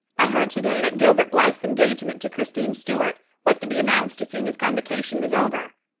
i heard today that gilbert blythe's engagement to christine stuart was to be announced as soon as convocation was over.